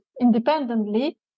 independently